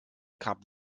kap